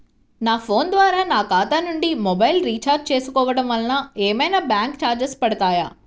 నా ఫోన్ ద్వారా నా ఖాతా నుండి మొబైల్ రీఛార్జ్ చేసుకోవటం వలన ఏమైనా బ్యాంకు చార్జెస్ పడతాయా?